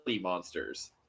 Monsters